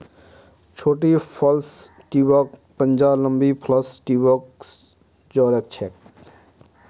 छोटी प्लस ट्यूबक पंजा लंबी प्लस ट्यूब स जो र छेक